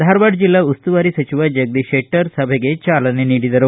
ಧಾರವಾಡ ಜಿಲ್ಲಾ ಉಸ್ತುವಾರಿ ಸಚಿವ ಜಗದೀಶ್ ಶೆಟ್ಟರ್ ಸಭೆಗೆ ಚಾಲನೆ ನೀಡಿದರು